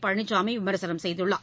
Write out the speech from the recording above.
பழனிசாமி விமர்சனம் செய்துள்ளார்